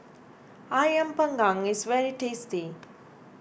Ayam Panggang is very tasty